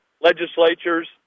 legislatures